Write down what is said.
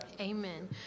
Amen